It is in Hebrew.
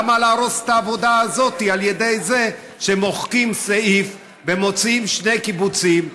למה להרוס את העבודה הזאת על ידי זה שמוחקים סעיף ומוציאים שני קיבוצים,